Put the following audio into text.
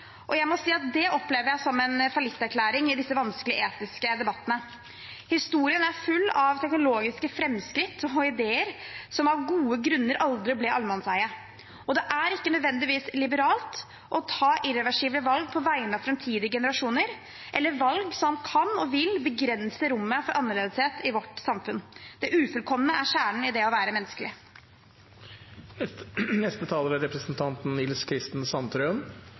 og jeg må si at det opplever jeg som en fallitterklæring i disse vanskelige etiske debattene. Historien er full av teknologiske framskritt og ideer som av gode grunner aldri ble allemannseie, og det er ikke nødvendigvis liberalt å ta irreversible valg på vegne av framtidige generasjoner, eller valg som kan og vil begrense rommet for annerledeshet i vårt samfunn. Det ufullkomne er kjernen i det å være menneskelig.